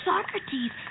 Socrates